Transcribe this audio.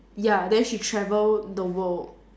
ya then she travel the world